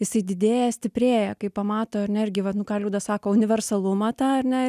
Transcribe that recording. jisai didėja stiprėja kai pamato ar ne irgi va nu ką liudas sako universalumą tą ar ne